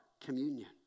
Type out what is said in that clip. communion